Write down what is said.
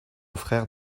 frère